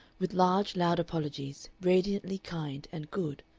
with large, loud apologies, radiantly kind and good.